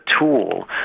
tool